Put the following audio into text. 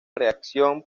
reacción